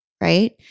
right